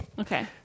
Okay